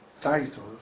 title